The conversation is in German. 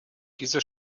diese